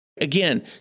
again